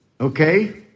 Okay